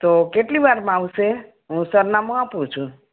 તો કેટલીવારમાં આવશે હું સરનામું આપું છું